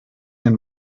den